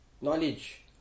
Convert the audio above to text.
knowledge